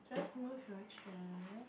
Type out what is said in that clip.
just move your chair